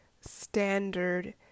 standard